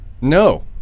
No